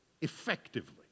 effectively